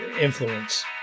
influence